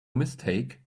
mistake